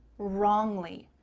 wrongly,